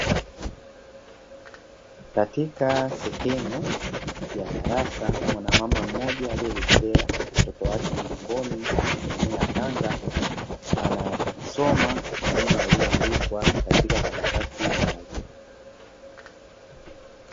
Katika sehemu ya darasa mwanamama mmoja aliyebebelea mtoto wake mgongoni kwa kutumia khanga, anasoma kwa kutumia karatasi nyeupe.